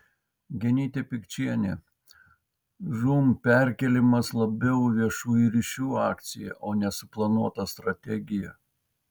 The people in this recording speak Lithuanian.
genytė pikčienė žūm perkėlimas labiau viešųjų ryšių akcija o ne suplanuota strategija